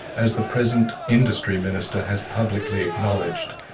as the present industry minister has publicly acknowledged.